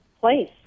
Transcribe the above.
place